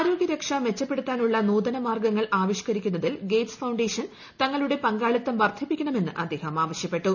ആരോഗ്യ രക്ഷ മെച്ചപ്പെടുത്താനുള്ള നൂതന മാർഗ്ഗങ്ങൾ ആവിഷ്ക്കരിക്കുന്നതിൽ ഗേറ്റ്സ് ഫൌണ്ടേഷൻ തങ്ങളുടെ പങ്കാളിത്തം വർദ്ധിപ്പിക്കണമെന്ന് അദ്ദേഹം ആവശ്യപ്പെട്ടു